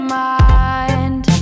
mind